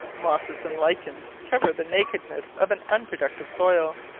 mosses and lichens cover the nakedness of an unproductive soil.